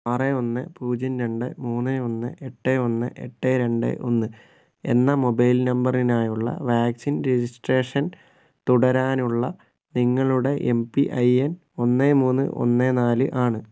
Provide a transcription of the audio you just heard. ആറ് ഒന്ന് പൂജ്യം രണ്ട് മൂന്ന് ഒന്ന് എട്ട് ഒന്ന് എട്ട് രണ്ട് ഒന്ന് എന്ന മൊബൈൽ നമ്പറിനായുള്ള വാക്സിൻ രജിസ്ട്രേഷൻ തുടരാനുള്ള നിങ്ങളുടെ എം പി ഐ എൻ ഒന്ന് മൂന്ന് ഒന്ന് നാല് ആണ്